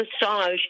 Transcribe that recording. massage